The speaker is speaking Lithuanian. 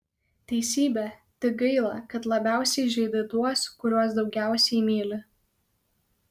teisybė tik gaila kad labiausiai žeidi tuos kuriuos daugiausiai myli